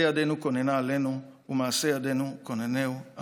ידינו כוננה עלינו ומעשה ידינו כוננהו".